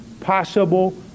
possible